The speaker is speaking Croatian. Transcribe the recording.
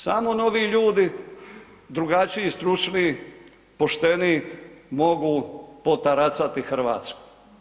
Samo novi ljudi drugačiji, stručniji, pošteniji mogu potaracati Hrvatsku.